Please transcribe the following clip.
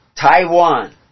Taiwan